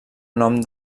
nom